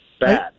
bad